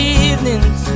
evenings